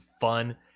fun